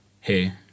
hey